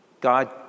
God